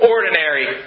Ordinary